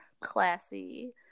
classy